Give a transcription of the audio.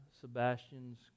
Sebastian's